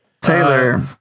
Taylor